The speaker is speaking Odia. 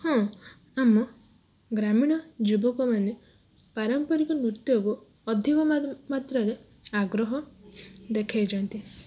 ହଁ ଆମ ଗ୍ରାମୀଣ ଯୁବକ ମାନେ ପାରମ୍ପରିକ ନୃତ୍ୟକୁ ଅଧିକ ମା ମାତ୍ରାରେ ଆଗ୍ରହ ଦେଖାଇଛନ୍ତି